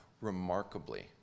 remarkably